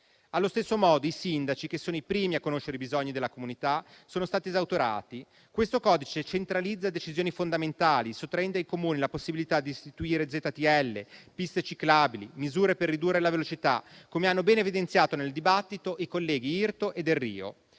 Allo stesso modo, i sindaci, che sono i primi a conoscere i bisogni della comunità, sono stati esautorati. Questo codice centralizza decisioni fondamentali, sottraendo ai Comuni la possibilità di istituire ZTL, piste ciclabili, misure per ridurre la velocità, come hanno ben evidenziato nel dibattito i colleghi Irto e Delrio.